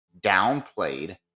downplayed